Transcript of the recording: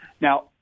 Now